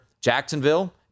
Jacksonville